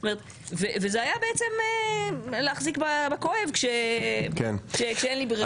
וזה היה בעצם להחזיק בכואב כשאין לי ברירה.